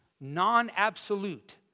non-absolute